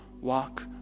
walk